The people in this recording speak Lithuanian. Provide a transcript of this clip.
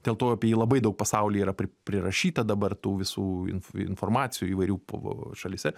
dėl to apie jį labai daug pasaulyje yra prirašyta dabar tų visų informacijų įvairių šalyse